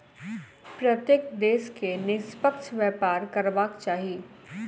प्रत्येक देश के निष्पक्ष व्यापार करबाक चाही